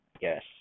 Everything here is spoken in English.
Yes